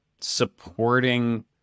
supporting